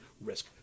risk